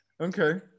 Okay